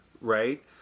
right